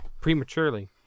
prematurely